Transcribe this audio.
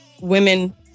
women